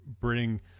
bring